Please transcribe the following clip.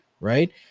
right